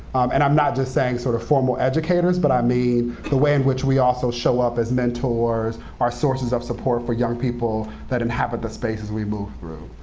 and i'm not just saying sort of formal educators, but i mean the way in which we also show up as mentors, our sources of support for young people that inhabit the spaces we move through.